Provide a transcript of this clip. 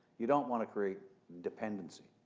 you don't want to create dependency.